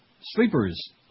Sleepers